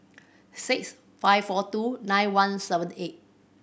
six five four two nine one seven eight